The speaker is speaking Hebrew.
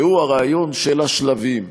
והוא הרעיון של השלבים: